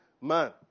man